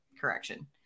correction